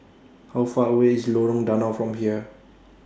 How Far away IS Lorong Danau from here